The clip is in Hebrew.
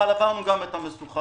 אבל עברנו גם את זה.